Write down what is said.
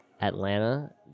Atlanta